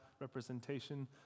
representation